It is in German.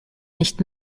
nicht